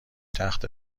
تخت